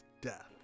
death